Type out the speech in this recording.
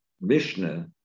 Mishnah